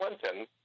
Clinton